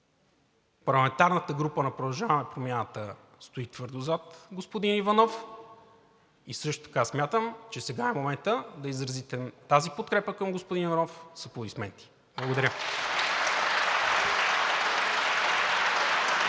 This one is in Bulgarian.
Парламентарната група на „Продължаваме Промяната“ стои твърдо зад господин Иванов, също така смятам, че сега е моментът да изразите тази подкрепа към господин Иванов с аплодисменти. Благодаря.